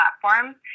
platforms